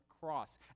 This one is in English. cross